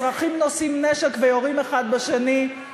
אזרחים נושאים נשק ויורים אחד בשני,